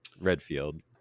redfield